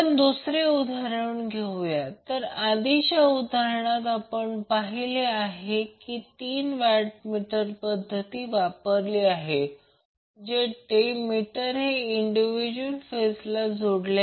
त्याचप्रमाणे Ib आणि Ic साठी प्रश्न असा आहे की हे कसे जोडले जाईल जर हे कनेक्ट केले तर ते कसे असेल ते रिअॅक्टिव्ह पॉवरचे मूल्य काय असेल तथापि नंतर ते करू या प्रकरणात फेजर आकृती काढा